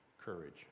courage